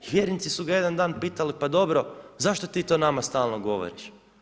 Vjernici su ga jedan dan pitali, pa dobro zašto ti to nama stalno govoriš?